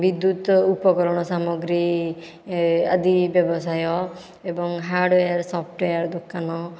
ବିଦ୍ୟୁତ୍ ଉପକରଣ ସାମଗ୍ରୀ ଏ ଆଦି ବ୍ୟବସାୟ ଏବଂ ହାର୍ଡ଼ଓ୍ୱେର୍ ସଫ୍ଟଓ୍ୱେର୍ ଦୋକାନ